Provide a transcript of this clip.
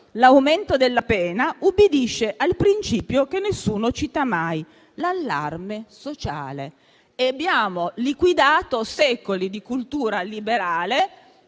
l'aumento della pena ubbidisce al principio che nessuno cita mai: l'allarme sociale». E abbiamo liquidato così secoli di cultura liberale,